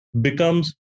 becomes